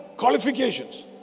qualifications